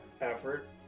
effort